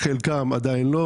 לחלקם עדיין אין,